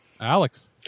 Alex